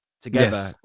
together